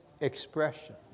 expression